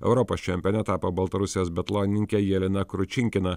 europos čempione tapo baltarusijos biatlonininkė jelena kručinkina